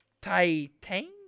Titan